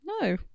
No